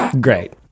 Great